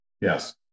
Yes